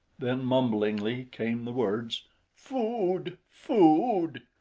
then mumblingly came the words food! food!